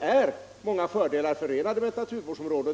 är många fördelar förenade med naturvårdsområden.